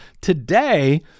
Today